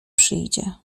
przyjdzie